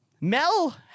Mel